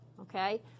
okay